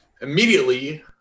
immediately